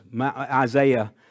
Isaiah